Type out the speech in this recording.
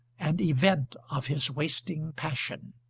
and event of his wasting passion.